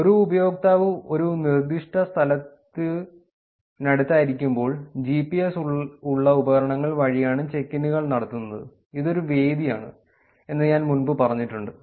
ഒരു ഉപയോക്താവ് ഒരു നിർദ്ദിഷ്ട സ്ഥലത്തിനടുത്തായിരിക്കുമ്പോൾ ജിപിഎസ് ഉള്ള ഉപകരണങ്ങൾ വഴിയാണ് ചെക്ക് ഇന്നുകൾ നടത്തുന്നത് ഇത് ഒരു വേദിയാണ് എന്ന് ഞാൻ മുൻപ് പറഞ്ഞിട്ടുണ്ട്